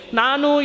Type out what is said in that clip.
nanu